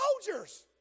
soldiers